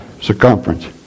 circumference